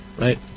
Right